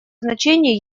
значение